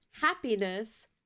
happiness